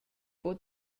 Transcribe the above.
buca